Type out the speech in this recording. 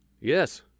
Yes